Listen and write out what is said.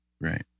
Right